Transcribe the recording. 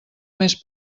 més